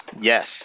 Yes